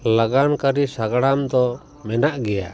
ᱞᱟᱜᱟᱱ ᱠᱟᱹᱨᱤ ᱥᱟᱜᱽᱲᱟᱢ ᱫᱚ ᱢᱮᱱᱟᱜ ᱜᱮᱭᱟ